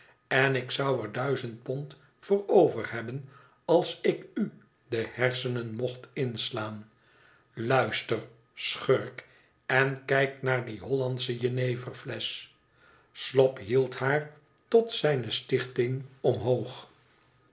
en ik zou er duizend pond voor overhebben als ik u de hersenen mocht inslaan luister schurk en kijk naar die hollandsche jeneverflesch slop hield haar tot zijne stichting omhoog